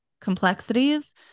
complexities